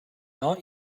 aunt